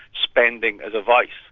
spending is a vice'.